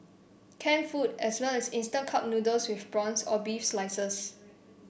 canned food as well as instant cup noodles with prawns or beef slices